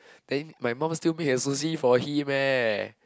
then my mum still make a sushi for him eh